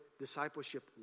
discipleship